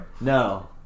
No